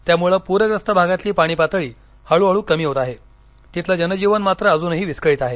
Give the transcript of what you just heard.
त्यामुळे पूरग्रस्त भागातली पाणी पातळी हळूहळू कमी होत आहे तिथलं जनजीवन मात्र अजूनही विस्कळीत आहे